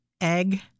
egg